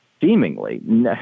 seemingly